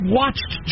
watched